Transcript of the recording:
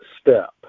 step